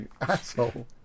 Asshole